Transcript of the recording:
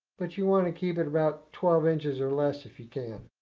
but you want to keep it about twelve inches or less, if you can.